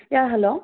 yeah hello